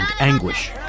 anguish